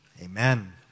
Amen